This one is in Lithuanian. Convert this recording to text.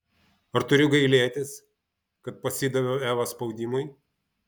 ar turiu gailėtis kad pasidaviau evos spaudimui